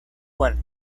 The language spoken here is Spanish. cual